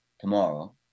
tomorrow